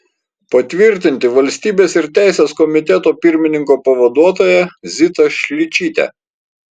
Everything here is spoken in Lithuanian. patvirtinti valstybės ir teisės komiteto pirmininko pavaduotoja zitą šličytę